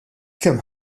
kemm